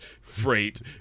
Freight